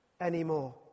anymore